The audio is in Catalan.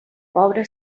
pobre